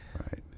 Right